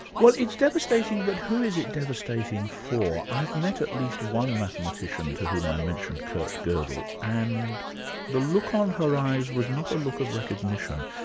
well, it's devastating, but who is it devastating for? i've met at least one mathematician to whom i mentioned kurt godel and the look in um her eyes was not a look of recognition.